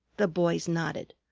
the boys nodded.